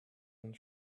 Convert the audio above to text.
and